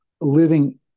living